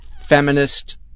feminist